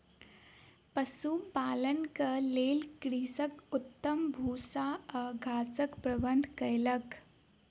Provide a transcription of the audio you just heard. पशुपालनक लेल कृषक उत्तम भूस्सा आ घासक प्रबंध कयलक